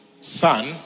son